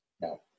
No